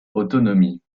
autonomie